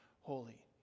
Holy